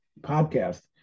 podcast